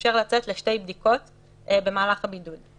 שמאפשר לצאת לשתי בדיקות במהלך הבידוד,